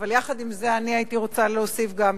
אבל יחד עם זה אני הייתי רוצה להוסיף גם כן.